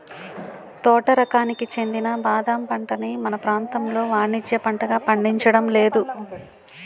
తోట రకానికి చెందిన బాదం పంటని మన ప్రాంతంలో వానిజ్య పంటగా పండించడం లేదు